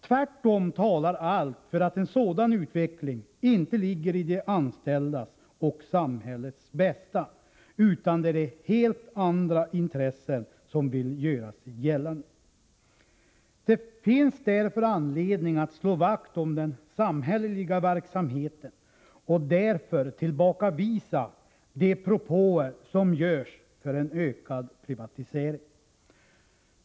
Tvärtom talar allt för att en sådan utveckling inte ligger i de anställdas och samhällets intresse, utan det är helt andra intressen som vill göra sig gällande. Det finns därför anledning att slå vakt om den samhälleliga verksamheten och därför tillbakavisa de propåer som görs om en ökad privatisering.